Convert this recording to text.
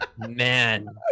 man